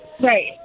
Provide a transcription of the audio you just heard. Right